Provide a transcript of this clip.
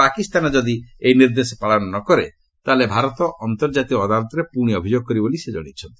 ପାକିସ୍ତାନ ଯଦି ଏହି ନିର୍ଦ୍ଦେଶ ପାଳନ ନ କରେ ତାହାହେଲେ ଭାରତ ଅନ୍ତର୍ଜାତୀୟ ଅଦାଲତରେ ପୁଣି ଅଭିଯୋଗ କରିବ ବୋଲି ସେ ଜଶାଇଛନ୍ତି